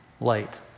light